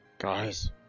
Guys